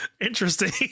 Interesting